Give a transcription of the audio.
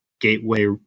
gateway